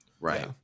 Right